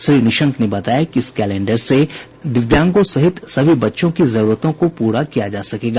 श्री निशंक ने बताया कि इस कैलेंडर से दिव्यांगों सहित सभी बच्चों की जरूरतों को पूरा किया जा सकेगा